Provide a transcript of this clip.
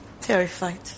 Terrified